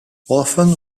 often